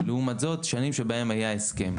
ולעומת זאת, שנים שבהן היה הסכם.